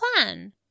plan